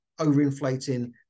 overinflating